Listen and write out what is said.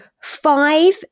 five